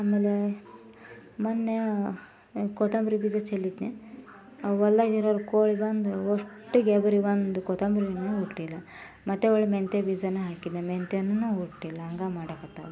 ಆಮೇಲೆ ಮೊನ್ನೆ ಕೊತ್ತಂಬರಿ ಬೀಜ ಚೆಲ್ಲಿದ್ನೆ ಹೊಲ್ದಾಗಿರೋರು ಕೋಳಿ ಬಂದು ಅಷ್ಟು ಗೆಬ್ರಿ ಒಂದು ಕೊತ್ತಂಬ್ರಿಯೂ ಹುಟ್ಟಿಲ್ಲ ಮತ್ತು ಒಳ್ಳೆ ಮೆಂತ್ಯ ಬೀಜವೂ ಹಾಕಿದ್ದೆ ಮೆಂತ್ಯವೂ ಹುಟ್ಟಿಲ್ಲ ಹಂಗೆ ಮಾಡಾಕ್ಕತ್ತಾವು